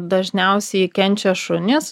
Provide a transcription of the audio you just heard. dažniausiai kenčia šunys